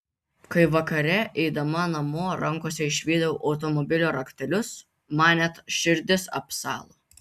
kai vakare eidama namo rankose išvydau automobilio raktelius man net širdis apsalo